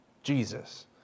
Jesus